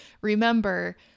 remember